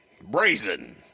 brazen